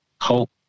hope